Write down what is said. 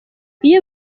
iyo